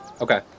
Okay